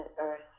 earth